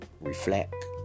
reflect